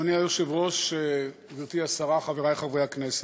אדוני היושב-ראש, גברתי השרה, חברי חברי הכנסת,